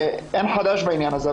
אין חדש בעניין הזה.